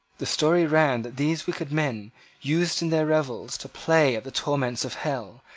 the story ran that these wicked men used in their revels to play at the torments of hell,